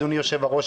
אדוני יושב-הראש,